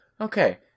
Okay